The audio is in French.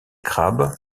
crabes